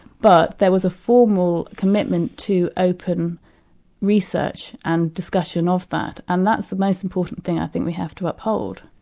but there was a formal commitment to open research and discussion of that, and that's the most important thing i think we have to uphold.